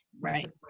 right